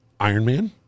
Ironman